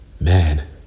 man